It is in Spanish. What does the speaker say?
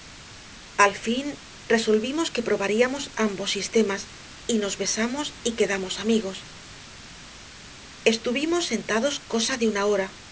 al fin resolvimos que probaríamos ambos sistemas y nos besamos y quedamos amigos estuvimos sentados cosa de una hora